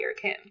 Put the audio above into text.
Kim